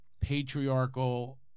Patriarchal